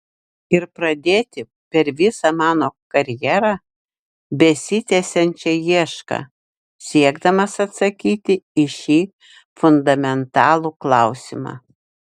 ir pradėti per visą mano karjerą besitęsiančią iešką siekdamas atsakyti į šį fundamentalų klausimą